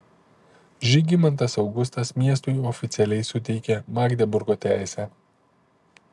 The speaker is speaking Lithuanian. žygimantas augustas miestui oficialiai suteikė magdeburgo teisę